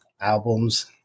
albums